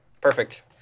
Perfect